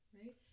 right